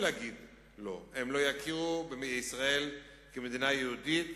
להגיד לא: הם לא יכירו בישראל כמדינה יהודית,